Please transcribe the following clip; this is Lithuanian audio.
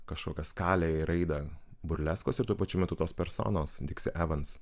kažkokią skalę ir raidą burleskos ir tuo pačiu metu tos personos diksi evans